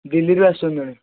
ଦିଲ୍ଲୀରୁ ଆସୁଛନ୍ତି ଜଣେ